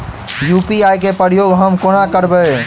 UPI केँ प्रयोग हम कोना करबे?